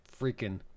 freaking